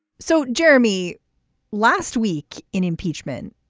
so jeremy last week in impeachment.